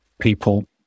people